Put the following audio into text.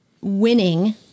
winning